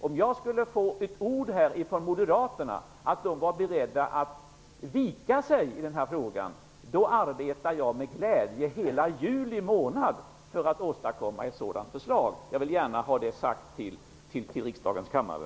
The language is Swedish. Om jag skulle få ett ord från Moderaterna om att de var beredda att vika sig i denna fråga arbetar jag med glädje hela juli månad för att åstadkomma ett sådant förslag. Det vill jag gärna få sagt till riksdagens kammare.